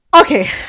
Okay